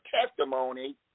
testimony